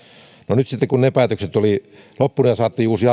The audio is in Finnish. no nyt sitten kun ne päätökset olivat loppuneet ja saatiin uusi